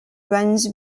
runs